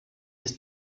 ist